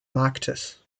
marktes